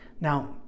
Now